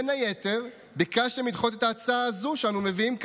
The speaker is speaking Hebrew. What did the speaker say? בין היתר ביקשתם לדחות את ההצעה הזו שאנו מביאים כעת,